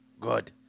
Good